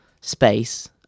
space